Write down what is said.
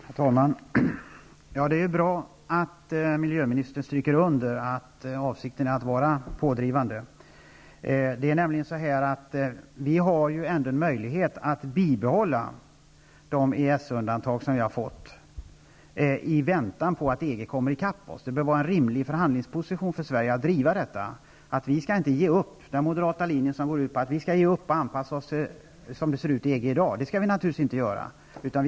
Herr talman! Det är bra att miljöministern stryker under att avsikten är att vara pådrivande. Vi har ändå en möjlighet att bibehålla de EES-undantag som man har gått med på i väntan på att EG kommer i kapp oss. Det bör vara en rimlig förhandlingsposition för Sverige att driva detta, dvs. att vi inte skall ge upp. Den moderata linjen, som går ut på att vi skall ge upp och anpassa oss till det som gäller inom EG i dag, skall vi naturligtvis inte följa.